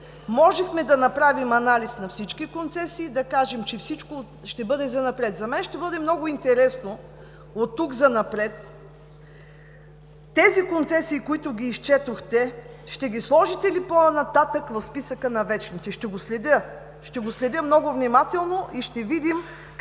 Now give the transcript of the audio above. можехме да направим анализ на всички концесии, да кажем, че всичко ще бъде занапред. За мен ще бъде много интересно от тук занапред, тези концесии, които ги изчетохте, ще ги сложите ли по-нататък в списъка на вечните? Ще го следя! Ще го следя много внимателно и ще видим